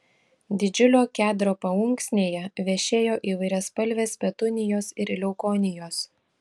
didžiulio kedro paunksnėje vešėjo įvairiaspalvės petunijos ir leukonijos